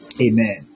Amen